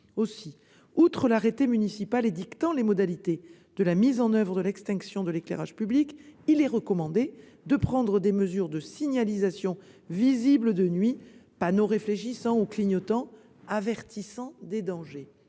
Aussi, nonobstant l'arrêté municipal édictant les modalités de mise en oeuvre de l'extinction de l'éclairage public, il est recommandé de prendre des mesures de signalisation visibles de nuit, tels que des panneaux réfléchissants ou clignotants avertissant des dangers.